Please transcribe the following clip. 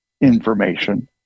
information